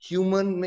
Human